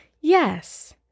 Yes